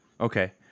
okay